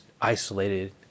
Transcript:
isolated